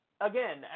again